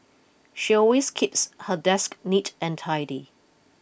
she always keeps her desk neat and tidy